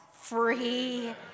free